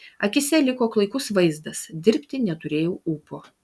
akyse liko klaikus vaizdas dirbti neturėjau ūpo